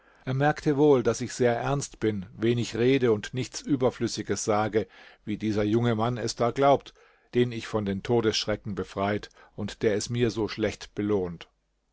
er merkte wohl daß ich sehr ernst bin wenig rede und nichts überflüssiges sage wie dieser junge mann es da glaubt den ich von den todesschrecken befreit und der es mir so schlecht belohnt